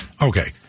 okay